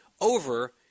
over